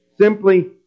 Simply